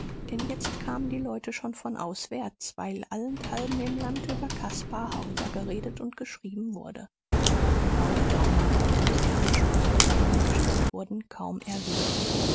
denn jetzt kamen die leute schon von auswärts weil allenthalben im land über caspar hauser geredet und geschrieben wurde auch daumer konnte sich der ansprüche die an ihn gestellt wurden kaum erwehren